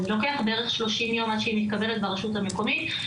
לוקח בערך 30 יום עד שהיא מתקבלת ברשות המקומית.